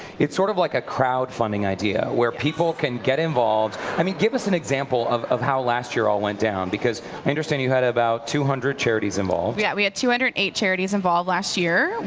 it's sort of like a crowd funding idea. where people can get involved i mean give us an example of of how last year all went down, because i understand you had about two hundred charities involved. yeah we had two hundred and eight charities involved last year.